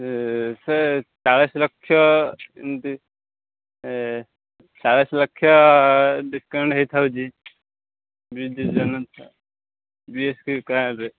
ଏ ସେ ଚାଳିଶ ଲକ୍ଷ ସେମତି ଏ ଚାଳିଶ ଲକ୍ଷ ଡିସକାଉଣ୍ଟ ହେଇଥାଉଛି ବିଜୁ ଜନତା ବି ଏସ ଫ କାର୍ଡ଼ରେ